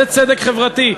זה צדק חברתי.